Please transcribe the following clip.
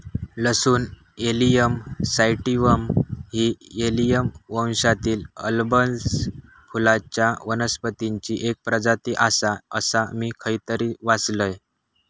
लसूण allium sativum ही allium वंशातील बल्बस फुलांच्या वनस्पतीची एक प्रजाती आसा, असा मी खयतरी वाचलंय